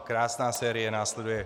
Krásná série následuje.